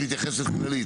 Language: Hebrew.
את מתייחסת כללית.